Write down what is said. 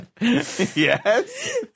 Yes